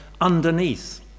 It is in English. underneath